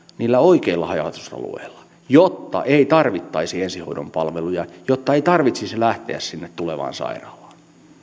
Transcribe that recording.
niillä oikeilla haja asutusalueilla jotta ei tarvittaisi ensihoidon palveluja jotta ei tarvitsisi lähteä sinne tulevaan sairaalaan